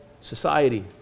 society